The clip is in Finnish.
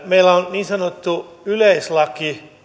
niin sanottu yleislaki